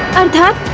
and